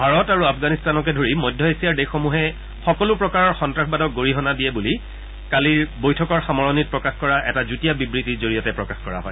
ভাৰত আৰু আফগানিস্তানকে ধৰি মধ্য এছিয়াৰ দেশসমূহে সকলো প্ৰকাৰৰ সন্নাসবাদক গৰিহণা দিয়ে বুলি কালিৰ বৈঠকৰ সামৰণিত প্ৰকাশ কৰা এটা যুটীয়া বিবৃতিৰ জৰিয়তে প্ৰকাশ কৰা হয়